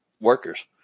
workers